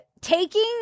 taking